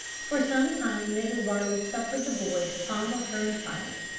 for some time mrs varley suffered the boy to fondle her in silence,